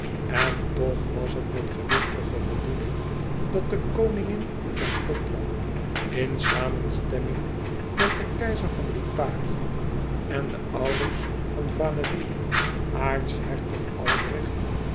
en toch was het met gewichtige bedoeling dat de koningin van gothland in samenstemming met den keizer van liparië en de ouders van valérie aartshertog albrecht